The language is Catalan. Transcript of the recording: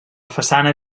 façana